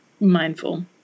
mindful